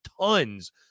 tons